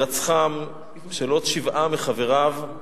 והירצחם של עוד שבעה מחבריו.